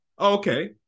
okay